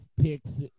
picks